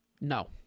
No